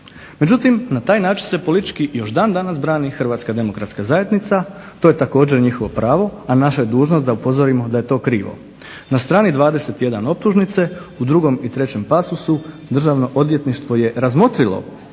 Međutim, na taj način se politički još uvijek brani Hrvatska demokratska zajednica, to je također njihovo pravo a naša je dužnost da upozorimo na to da je krivo. Na strani 21. Optužnice u 2. I 3. Pasusu državno odvjetništvo je razmotrilo